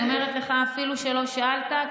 אני אומרת לך אפילו שלא שאלת,